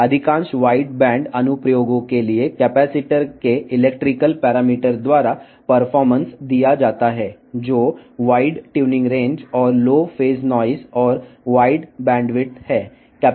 విస్తృత బ్యాండ్ అనువర్తనాలలో చాలా వరకు కెపాసిటర్ల యొక్క ఎలక్ట్రికల్ పారామితుల ద్వారా పనితీరు ఇవ్వబడుతుంది ఇది విస్తృత ట్యూనింగ్ పరిధి మరియు తక్కువ ఫేస్ నాయిస్ మరియు విస్తృత బ్యాండ్విడ్త్ ని కలిగి ఉంటుంది